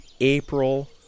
April